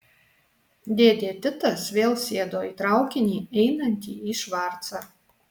dėdė titas vėl sėdo į traukinį einantį į švarcą